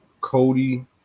Cody